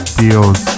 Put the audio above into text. deals